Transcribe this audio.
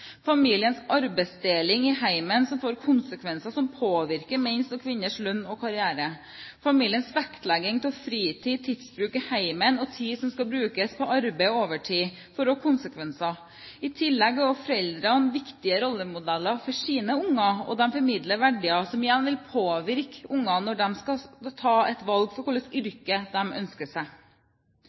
familiens arbeidsdeling i heimen som får konsekvenser som påvirker menns og kvinners lønn og karriere. Familiens vektlegging av fritid, tidsbruk i heimen og tid som skal brukes på arbeid og overtid, får også konsekvenser. I tillegg er foreldrene viktige rollemodeller for sine unger, og de formidler verdier som igjen vil påvirke ungene når de skal ta et valg for hvilket yrke de ønsker seg.